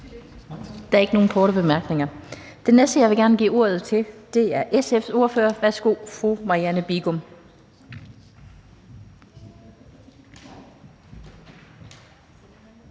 Der er ikke nogen korte bemærkninger. Den næste, jeg gerne vil give ordet til, er SF's ordfører. Værsgo til fru Marianne Bigum.